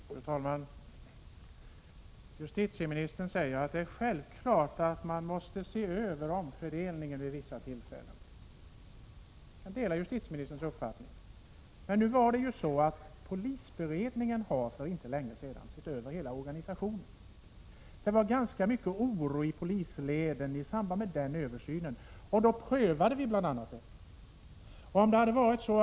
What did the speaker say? Fru talman! Justitieministern säger att det är självklart att man måste se över fördelningsreglerna vid vissa tillfällen. Jag delar justitieministerns uppfattning. Men polisberedningen har för inte så länge sedan sett över hela organisationen. Det var ganska mycket oro i polisleden i samband med den översynen, och då prövade vi bl.a. frågan om fördelningen.